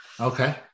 Okay